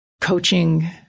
coaching